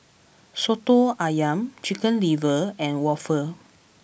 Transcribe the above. Soto Ayam Chicken Liver and Waffle